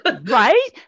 Right